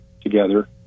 together